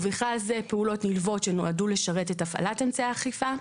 ובכלל זה פעולות נלוות שנועדו לשרת את הפעלת אמצעי האכיפה.